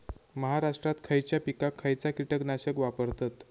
महाराष्ट्रात खयच्या पिकाक खयचा कीटकनाशक वापरतत?